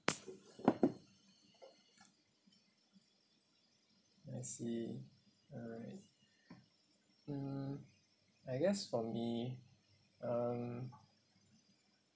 I see uh all right um I guess for me um